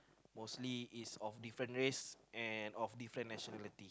mostly is of different race and of different nationality